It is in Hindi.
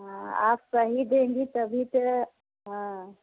हाँ आप सही देंगी तभी ते हाँ